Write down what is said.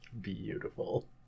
beautiful